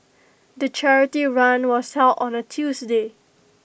the charity run was held on A Tuesday